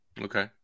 Okay